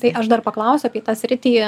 tai aš dar paklausiu apie tą sritį